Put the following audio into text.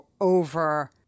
over